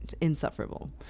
insufferable